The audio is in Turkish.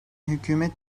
hükümet